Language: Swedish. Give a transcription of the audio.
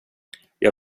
jag